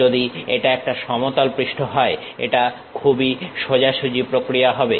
যদি এটা একটা সমতল পৃষ্ঠ হয় এটা খুবই সোজাসুজি প্রক্রিয়া হবে